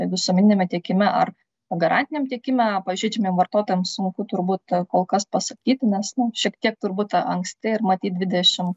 visuomeniniame tiekime ar garantiniam tiekime pažeidžiamiem vartotojam sunku turbūt kol kas pasakyti nes nu šiek tiek turbūt anksti ir matyt dvidešim